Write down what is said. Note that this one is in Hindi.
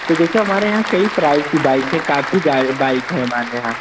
तो जैसे हमारे यहाँ कई प्राइस की बाइक है काफ़ी बाइक हैं हमारे यहाँ